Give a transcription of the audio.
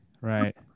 Right